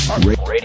Radio